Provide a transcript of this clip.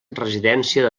residència